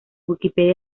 wikipedia